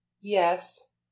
Yes